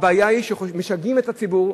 הבעיה היא שמשגעים את הציבור,